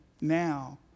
now